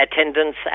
attendance